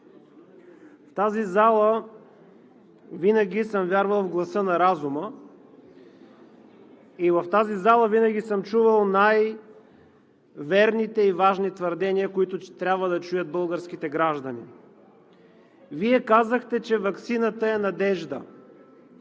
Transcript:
колеги! Винаги съм вярвал в гласа на разума и в тази зала винаги съм чувал най-верните и важни твърдения, които трябва да чуят българските граждани. Вие казахте, че ваксината е надежда.